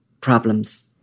problems